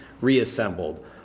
reassembled